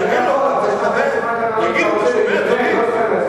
אדוני היושב-ראש,